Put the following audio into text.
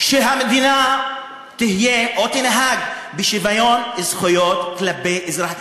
שהמדינה תהיה או תנהג בשוויון זכויות כלפי אזרחיה,